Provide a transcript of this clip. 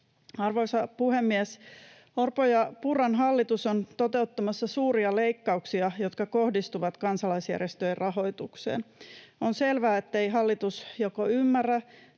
Arvoisa puhemies! Orpon ja Purran hallitus on toteuttamassa suuria leikkauksia, jotka kohdistuvat kansalaisjärjestöjen rahoitukseen. On selvää, ettei hallitus joko ymmärrä